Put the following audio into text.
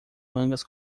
mangas